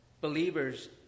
believers